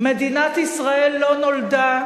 מדינת ישראל לא נולדה